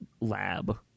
lab